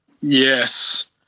Yes